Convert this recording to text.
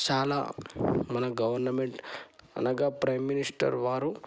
చాలా మన గవర్నమెంట్ అనగా ప్రైమ్ మినిస్టర్ వారు